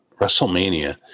WrestleMania